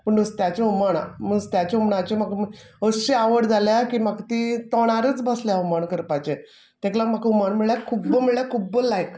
पूण णुस्त्याचें हुमण नुस्त्याचें हुमणाचें म्हाका अश्शी आवड जाल्या की म्हाक ती तोंडारूच बसल्या हुमण करपाचें ताका लाग म्हाका हुमण म्हळ्ळ्या खुब्ब म्हळ्ळ्या खुब्ब लायक